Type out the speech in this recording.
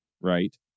Right